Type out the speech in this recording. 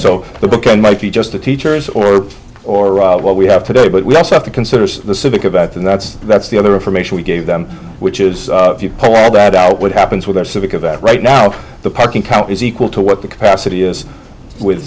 so the bookend might be just the teachers or or what we have today but we also have to consider the civic about them that's that's the other information we gave them which is if you pull that bad out what happens with our civic of that right now the parking count is equal to what the capacity is with